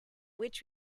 which